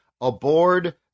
aboard